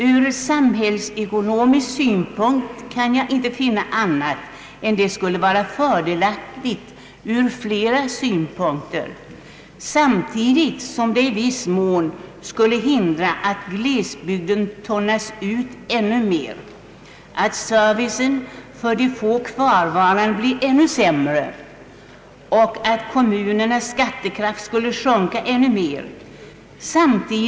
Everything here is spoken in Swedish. Ur samhällsekonomisk synpunkt kan jag inte finna annat än att detta på många sätt skulle vara fördelaktigt, samtidigt som det i viss mån skulle hindra att glesbygden tunnas ut ännu mer, att servicen för de få kvarvarande blir ännu sämre och att kommunernas skattekraft skulle sjunka ännu mer.